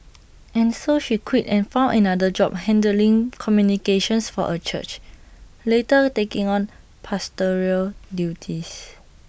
and so she quit and found another job handling communications for A church later taking on pastoral duties